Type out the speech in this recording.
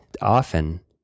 often